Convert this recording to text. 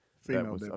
Female